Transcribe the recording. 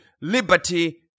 liberty